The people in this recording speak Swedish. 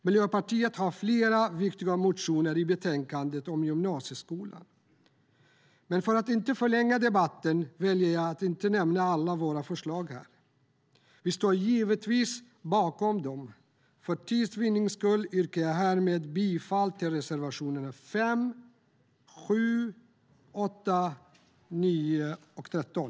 Miljöpartiet har flera viktiga motioner i betänkandet om gymnasieskolan, men för att inte förlänga debatten väljer jag att inte nämna alla våra förslag här. Vi står givetvis bakom dem, men för tids vinnande yrkar jag härmed bifall till enbart reservationerna 5, 7, 8, 9 och 13.